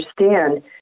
understand